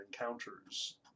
encounters